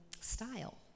style